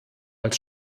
als